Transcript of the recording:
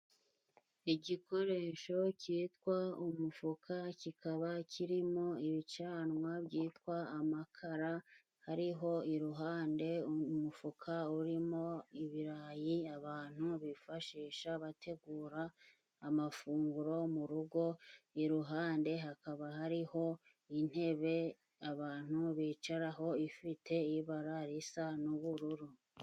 Igikoresho cyitwa umufuka kikaba kirimo ibicanwa byitwa amakara, hariho iruhande umufuka urimo ibirayi abantu bifashisha bategura amafunguro mu rugo, iruhande hakaba hariho intebe abantu bicaraho ifite ibara risa n'ubururu.